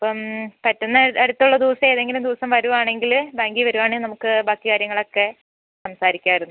അപ്പം പറ്റുന്ന അടുത്തുള്ള ദിവസം ഏതെങ്കിലും ദിവസം വരികയാണെങ്കിൽ ബാങ്കിൽ വരികയാണെങ്കിൽ നമുക്ക് ബാക്കി കാര്യങ്ങളൊക്കെ സംസാരിക്കാമായിരുന്നു